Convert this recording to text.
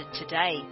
today